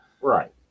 Right